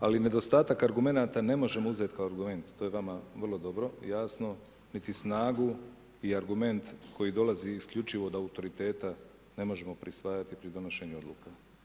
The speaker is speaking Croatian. Ali nedostatak argumenata ne možemo uzet kao argument, to je vama vrlo dobro jasno, niti snagu i argument koji dolazi isključivo od autoriteta ne možemo prisvajati pri donošenju odluka.